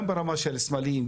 גם ברמה של סמלים,